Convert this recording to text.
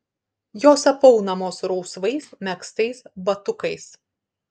jos apaunamos rausvais megztais batukais